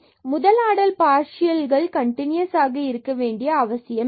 முதல் ஆடர் பார்சியல்கள் கன்டினுயசாக இருக்க வேண்டிய அவசியமில்லை